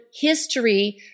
history